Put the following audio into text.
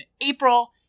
April